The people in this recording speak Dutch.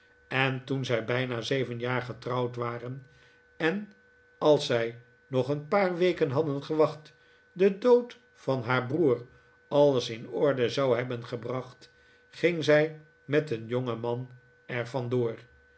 en toen zij bijna zeven jaar getrouwd waren en als zij nog een paar weken hadden gewacht de dood van haar broer alles in orde zou hebben gebracht ging zij met een jongen man